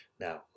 Now